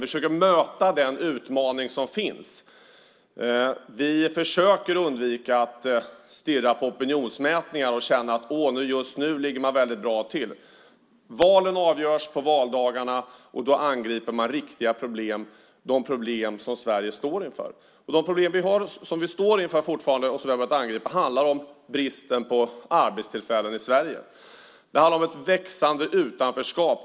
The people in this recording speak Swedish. Vi försöker möta den utmaning som finns. Vi försöker undvika att stirra på opinionsmätningar och känna att just nu ligger man väldigt bra till. Valen avgörs på valdagarna, och då angriper man riktiga problem, de problem som Sverige står inför. De problem som vi fortfarande står inför och som vi har börjat angripa handlar om bristen på arbetstillfällen i Sverige. Det handlar om ett växande utanförskap.